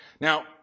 Now